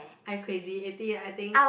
I crazy eighty I think